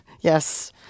yes